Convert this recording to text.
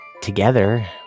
together